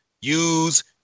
use